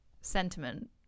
sentiment